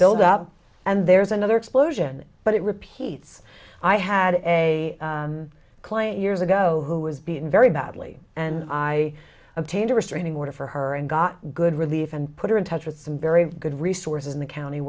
build up and there's another explosion but it repeats i had a client years ago who was beaten very badly and i obtained a restraining order for her and got good relief and put her in touch with some very good resources in the county